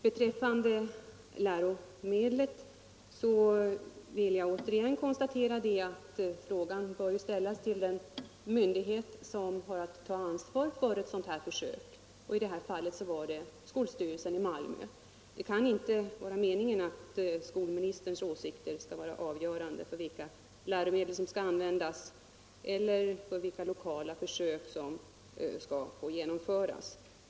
När det gäller läromedlen vill jag återigen konstatera att frågan bör ställas till den myndighet som har att ta ansvar för försöket. I detta fall var det skolstyrelsen i Malmö. Det kan inte vara meningen att skolministerns åsikter skall vara avgörande för vilka läromedel som skall användas eller vilka lokala försök som skall få genomföras.